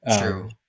True